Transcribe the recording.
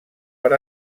per